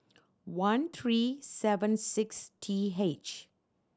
one three seven six T H